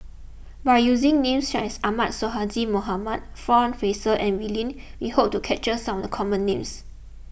by using names such as Ahmad Sonhadji Mohamad John Fraser and Wee Lin we hope to capture some of the common names